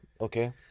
Okay